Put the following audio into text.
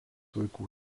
vaikų